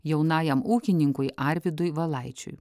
jaunajam ūkininkui arvydui valaičiui